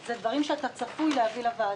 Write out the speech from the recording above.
אלה דברים שאתה צפוי להביא לוועדה?